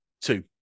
Two